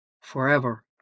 forever